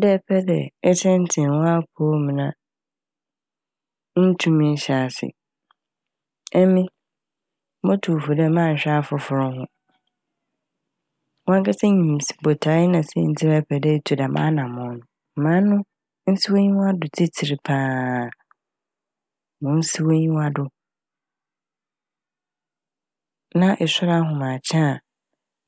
Dɛ epɛ dɛ etsentsen w'apɔw mu na nntum nnhyɛ ase. Emi motu wo fo dɛ mannhwɛ afofor ho, wankasa nyim saint- botae na siantsir a ɛpɛdɛ itu dɛm anamɔn no ma ano nsi w'enyiwado tsitsir paa ma onnsi w'enyiwa do. Na esoɛr ahamakye a